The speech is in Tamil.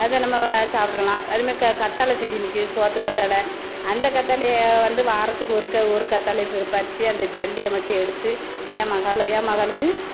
அதை நம்ம சாப்பிட்றலாம் அதுமாரி க கற்றால செடி நிற்கி சோற்று கற்றால அந்த கற்றாலைய வந்து வாரத்துக்கு ஒருக்கா ஒரு கற்றாலைய பிற பறித்து அந்த ஜெல்லியை மட்டும் எடுத்து என் மகளை என் மகளுக்கு